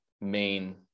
main